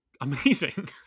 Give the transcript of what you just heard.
amazing